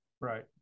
Right